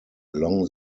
along